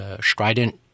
strident